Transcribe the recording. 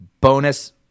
Bonus